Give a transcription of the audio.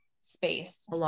space